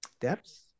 depths